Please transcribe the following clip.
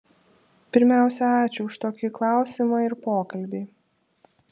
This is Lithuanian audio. pirmiausia ačiū už tokį klausimą ir pokalbį